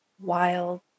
wild